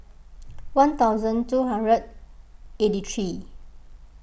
one thousand two hundred eighty three